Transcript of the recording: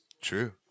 true